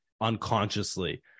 unconsciously